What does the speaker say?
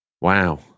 Wow